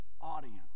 audience